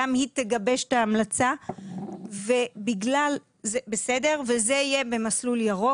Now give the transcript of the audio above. היא גם תגבש את ההמלצה וזה יהיה במסלול ירוק.